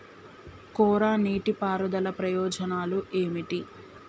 కోరా నీటి పారుదల ప్రయోజనాలు ఏమిటి?